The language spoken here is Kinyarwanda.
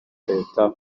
leta